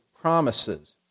promises